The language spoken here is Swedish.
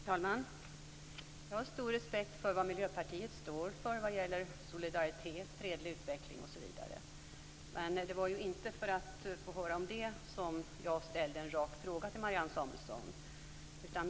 Herr talman! Jag har stor respekt för vad Miljöpartiet står för vad gäller solidaritet, fredlig utveckling osv., men det var inte för att få höra det som jag ställde en rak fråga till Marianne Samuelsson.